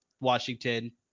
washington